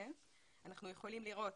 אנחנו יכולים לראות